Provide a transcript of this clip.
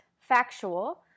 factual